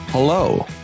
Hello